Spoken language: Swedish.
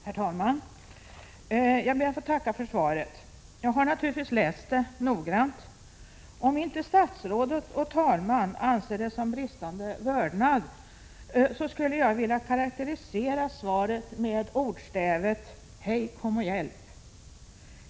Herr talman! Jag ber att få tacka för svaret. Jag har naturligtvis läst det noggrant. Om inte statsrådet och talmannen anser det vara uttryck för bristande vördnad, så skulle jag vilja karakterisera svaret med talesättet Hej kom och hjälp!